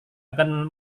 akan